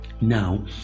now